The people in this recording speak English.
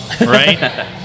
right